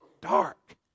Dark